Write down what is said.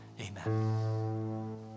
Amen